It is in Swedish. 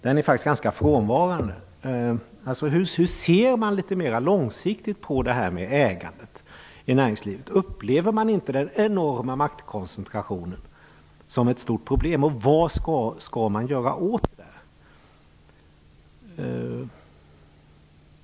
Den är faktiskt ganska frånvarande. Hur ser ni litet mer långsiktigt på detta med ägandet i näringslivet? Upplever ni inte den enorma maktkoncentrationen som ett stort problem? Vad skall man göra åt det?